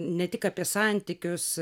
ne tik apie santykius